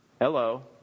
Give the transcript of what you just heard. Hello